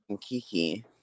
Kiki